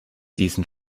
diesen